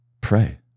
pray